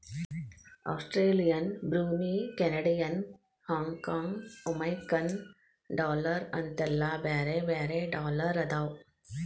Australian Brunei Canadian Hong Kong Jamaican dollar ಅಂತೆಲ್ಲಾ ಬ್ಯಾರೆ ಬ್ಯಾರೆ ಡಾಲರ್ ಅದಾವ